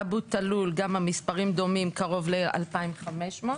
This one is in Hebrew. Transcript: אבו תלול המספרים דומים, קרוב ל-2,500.